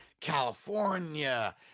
California